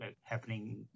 happening